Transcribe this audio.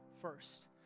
first